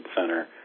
Center